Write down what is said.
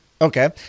Okay